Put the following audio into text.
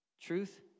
Truth